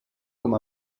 com